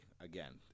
Again